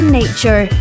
nature